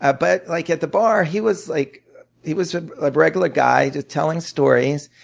ah but like at the bar, he was like he was a regular guy just telling stories.